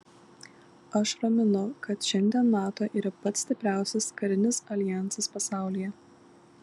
aš raminu kad šiandien nato yra pats stipriausias karinis aljansas pasaulyje